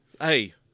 Hey